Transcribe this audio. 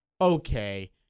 Okay